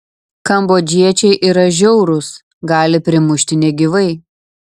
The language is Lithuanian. kambodžiečiai yra žiaurūs gali primušti negyvai